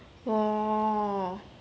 oo